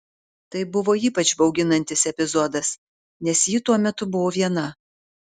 tai buvo ypač bauginantis epizodas nes ji tuo metu buvo viena